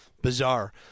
Bizarre